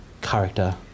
character